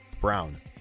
Brown